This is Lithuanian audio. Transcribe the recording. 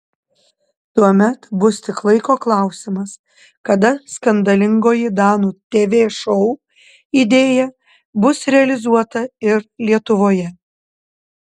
tuomet bus tik laiko klausimas kada skandalingoji danų tv šou idėja bus realizuota ir lietuvoje